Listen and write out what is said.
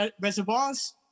reservoirs